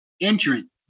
entrance